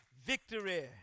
Victory